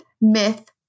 Myth